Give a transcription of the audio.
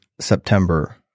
September